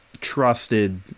trusted